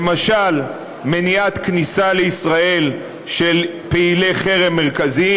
למשל מניעת כניסה לישראל של פעילי חרם מרכזיים,